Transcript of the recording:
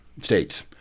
states